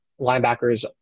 linebackers